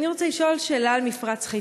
אני רוצה לשאול על מפרץ חיפה.